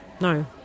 No